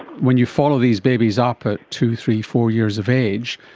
when you follow these babies up at two, three, four years of age,